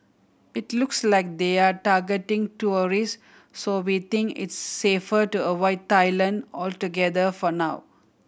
it looks like they're targeting tourist so we think it's safer to avoid Thailand altogether for now